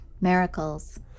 Miracles